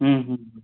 ह्म्म ह्म्म ह्म्म